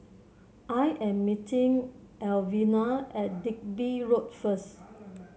I am meeting Alvena at Digby Road first